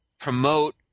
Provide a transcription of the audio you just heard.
promote